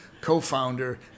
co-founder